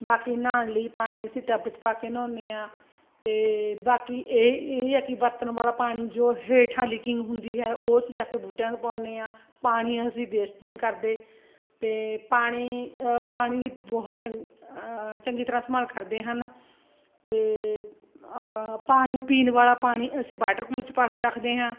ਬਾਕੀ ਨਹਾਉਣ ਲਈ ਪਾਣੀ ਅਸੀਂ ਟੱਬ 'ਚ ਪਾ ਕੇ ਨਹਾਉਂਦੇ ਹਾਂ ਅਤੇ ਬਾਕੀ ਇਹ ਇਹ ਹੈ ਕਿ ਬਰਤਨ ਵਾਲਾ ਪਾਣੀ ਜੋ ਹੇਠਾਂ ਲੀਕਿੰਗ ਹੁੰਦੀ ਹੈ ਉਸ ਜਾ ਕੇ ਬੂਟਿਆਂ ਨੂੰ ਪਾਉਦੇ ਹਾਂ ਪਾਣੀ ਅਸੀਂ ਵੇਸਟ ਨਹੀਂ ਕਰਦੇ ਅਤੇ ਪਾਣੀ ਪਾਣੀ ਬਹੁਤ ਚੰ ਚੰਗੀ ਤਰ੍ਹਾਂ ਸੰਭਾਲ ਕਰਦੇ ਹਨ ਅਤੇ ਪਾਣੀ ਪੀਣ ਵਾਲਾ ਪਾਣੀ ਅਸੀਂ ਵਾਟਰਕੂਲਰ 'ਚ ਪਾ ਕੇ ਰੱਖਦੇ ਹਾਂ